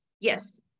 Yes